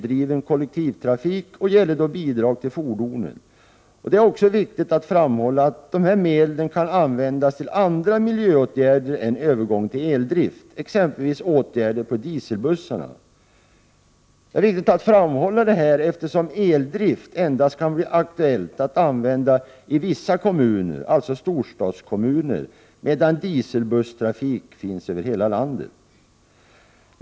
Det är också viktigt att framhålla att dessa medel kan användas till andra miljöåtgärder än övergång till eldrift, exempelvis åtgärder på dieselbussar. Detta är viktigt att framhålla, eftersom eldrift endast kan bli aktuell att använda i vissa kommuner, alltså storstadskommuner, medan dieselbusstrafik finns över hela landet.